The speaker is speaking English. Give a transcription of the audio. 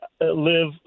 live